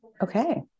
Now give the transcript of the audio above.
Okay